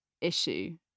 issue